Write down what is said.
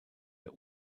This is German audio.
der